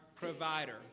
provider